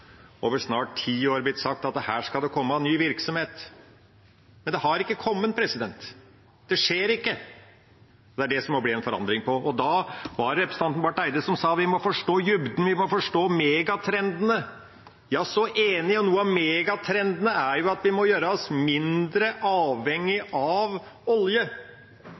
over snart ti år blitt sagt at her skal det komme ny virksomhet, men det har ikke kommet. Det skjer ikke. Det er det det må bli en forandring på. Da var det representanten Barth Eide som sa at vi må forstå «dybden», vi må forstå «megatrenden». Jeg er så enig. Noen av megatrendene er at vi må gjøre oss mindre avhengig av olje.